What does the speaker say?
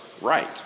right